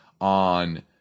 on